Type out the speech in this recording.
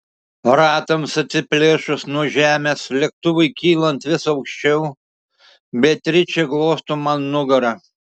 ratams atsiplėšus nuo žemės lėktuvui kylant vis aukščiau beatričė glosto man nugarą